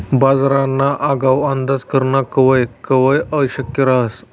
बजारना आगाऊ अंदाज करनं कवय कवय अशक्य रहास